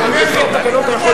חבר הכנסת דנון.